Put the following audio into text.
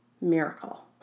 miracle